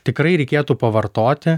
tikrai reikėtų pavartoti